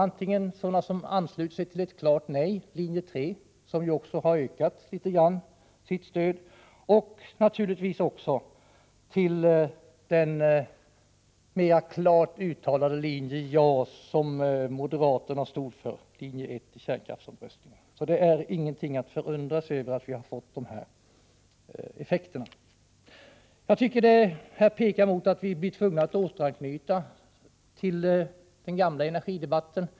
Människor ansluter sig antingen till ett klart nej, linje 3, som ju har fått ett något ökat stöd, eller till den mera klart uttalade ja-linje som moderaterna stod för — linje 1 i kärnkraftsomröstningen. Det är alltså ingenting att förundras över att vi har fått de här effekterna. Detta pekar mot att vi blir tvungna att åter anknyta till den gamla energidebatten.